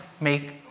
make